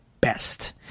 best